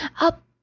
up